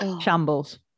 Shambles